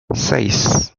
seis